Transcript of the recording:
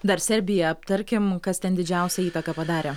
dar serbiją aptarkim kas ten didžiausią įtaką padarė